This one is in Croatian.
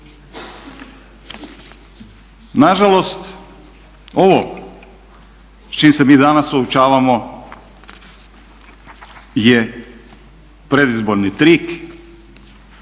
Na žalost ovo s čim se mi danas suočavamo je predizborni trik